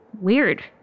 weird